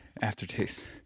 aftertaste